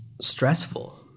stressful